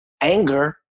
anger